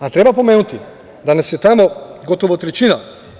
A treba pomenuti da nas je tamo gotovo trećina.